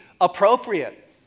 appropriate